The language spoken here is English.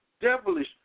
devilish